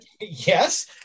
yes